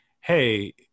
hey